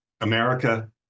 America